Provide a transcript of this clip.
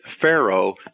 Pharaoh